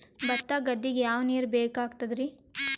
ಭತ್ತ ಗದ್ದಿಗ ಯಾವ ನೀರ್ ಬೇಕಾಗತದರೀ?